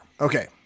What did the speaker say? okay